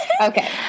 Okay